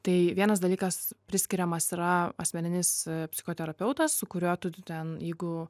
tai vienas dalykas priskiriamas yra asmeninis psichoterapeutas su kuriuo tu tu ten jeigu